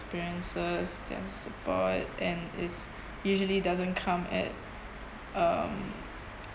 experiences their support and it's usually doesn't come at um